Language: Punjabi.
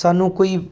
ਸਾਨੂੰ ਕੋਈ